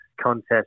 contest